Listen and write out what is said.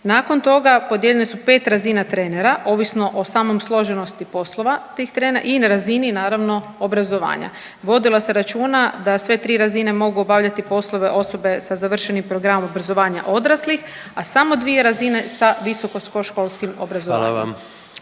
Nakon toga, podijeljene su 5 razina trenera, ovisno o samom složenosti poslova tih trenera i na razini naravno obrazovanja. Vodilo se računa da sve tri razine mogu obavljati poslove osobe sa završenim programom obrazovanja odraslih, a samo 2 razine sa visokoškolskim obrazovanjem.